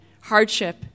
hardship